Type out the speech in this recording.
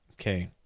Okay